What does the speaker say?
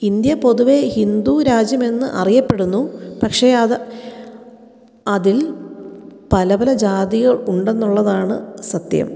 India പൊതുവെ ഹിന്ദു രാജ്യം എന്ന് അറിയപ്പെടുന്നു പക്ഷെ അത് അതിൽ പല പല ജാതികൾ ഉണ്ടെന്നുള്ളതാണ് സത്യം